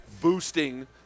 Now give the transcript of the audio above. boosting